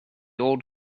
old